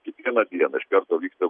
kiekvieną dieną iš karto vyksta